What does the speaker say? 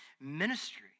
ministry